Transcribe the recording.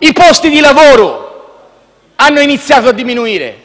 i posti di lavoro hanno iniziato a diminuire.